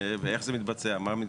איך זה מתבצע, מה מתבצע?